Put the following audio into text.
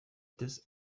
this